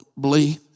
believe